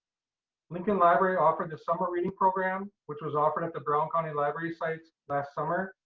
lincoln library offered the summer reading program, which was offered at the brown county library sites last summer.